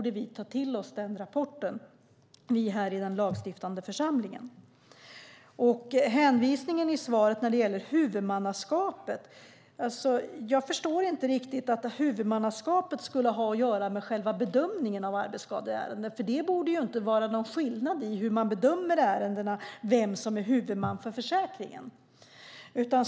Den rapporten borde vi här i den lagstiftande församlingen ta till oss. När det gäller hänvisningen i svaret till huvudmannaskapet förstår jag inte riktigt vad det skulle ha att göra med själva bedömningen av arbetsskadeärenden. Vem som är huvudman för försäkringen borde inte göra någon skillnad för hur man bedömer ärendena.